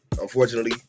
Unfortunately